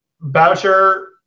Boucher